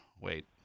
Wait